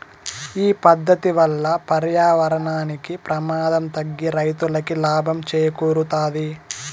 ఈ పద్దతి వల్ల పర్యావరణానికి ప్రమాదం తగ్గి రైతులకి లాభం చేకూరుతాది